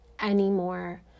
anymore